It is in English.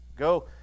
Go